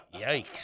Yikes